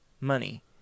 money